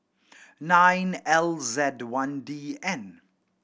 nine L Z one D N